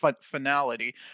finality